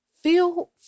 Feel